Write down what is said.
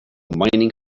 mining